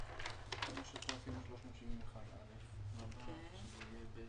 15:50 ונתחדשה בשעה